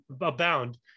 abound